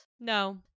No